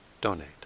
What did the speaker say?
donate